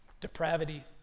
depravity